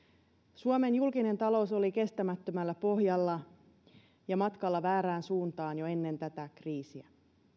suomen julkinen talous oli kestämättömällä pohjalla ja matkalla väärään suuntaan jo ennen tätä kriisiä